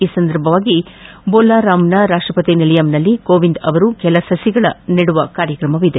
ಈ ಸಂದರ್ಭವಾಗಿ ಬೊಲ್ಲಾರಾಮ್ನ ರಾಷ್ಷಪತಿ ನಿಲಯಂನಲ್ಲಿ ಕೋವಿಂದ್ ಅವರು ಕೆಲ ಸಸಿಗಳ ನೆಡುವ ಕಾರ್ಯಕ್ರಮವಿದೆ